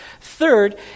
Third